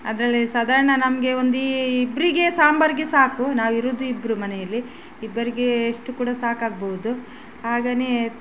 ಅದರಲ್ಲಿ ಸಾಧಾರಣ ನಮಗೆ ಒಂದು ಈ ಇಬ್ಬರಿಗೆ ಸಾಂಬಾರಿಗೆ ಸಾಕು ನಾವು ಇರೋದು ಇಬ್ಬರು ಮನೆಯಲ್ಲಿ ಇಬ್ಬರಿಗೆ ಎಷ್ಟು ಕೂಡ ಸಾಕಾಗ್ಬಹುದು ಹಾಗೇನೆ